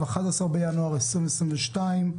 11 בינואר 2022,